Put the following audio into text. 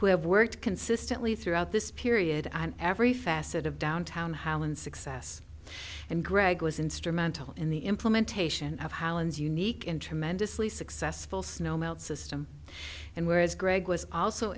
who have worked consistently throughout this period and every facet of downtown highland success and greg was instrumental in the implementation of holland's unique in tremendously successful snow melt system and whereas greg was also